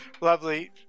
lovely